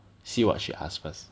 see what she ask first